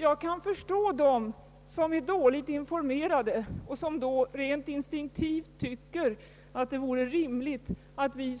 Jag kan förstå dem som är dåligt informerade och då rent instinktivt tycker att det vore rimligt att vi